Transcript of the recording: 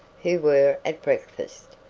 who were at breakfast.